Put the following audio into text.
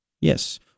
Yes